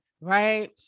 Right